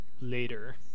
later